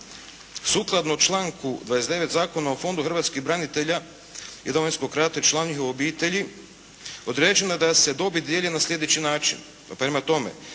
Sukladno članku 29 zakona o Fondu hrvatskih branitelja i Domovinskog rata i članova njihovih obitelji, određeno je da se dobit dijeli na sljedeći način.